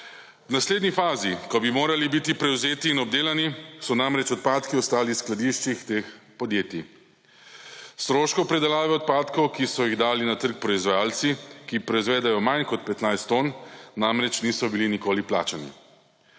V naslednji fazi, ko bi morali biti prevzeti in obdelani, so namreč odpadki ostali v skladiščih teh podjetij. Stroškov predelave odpadkov, ki so jih dali na trg proizvajalci, ki proizvedejo manj kot 15 ton, namreč niso bili nikoli plačani.